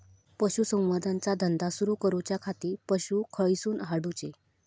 पशुसंवर्धन चा धंदा सुरू करूच्या खाती पशू खईसून हाडूचे?